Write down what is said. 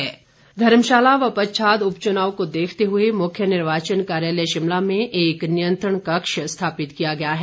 नियंत्रण कक्ष धर्मशाला व पच्छाद उपचुनाव को देखते हुए मुख्य निर्वाचन कार्यालय शिमला में एक नियंत्रण कक्ष स्थापित किया गया है